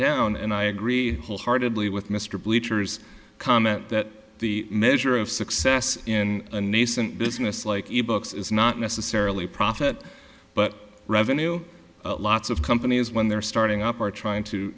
down and i agree wholeheartedly with mr bleachers comment that the measure of success in a nascent business like ebooks is not necessarily profit but revenue lots of companies when they're starting up are trying to